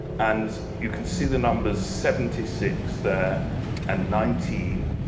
and you can see the numbers seventy six there and nineteen,